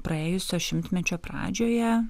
praėjusio šimtmečio pradžioje